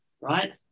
right